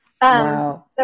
Wow